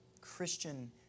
Christian